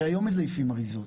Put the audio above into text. הרי היום מזייפים אריזות.